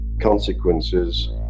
consequences